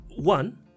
one